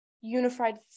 unified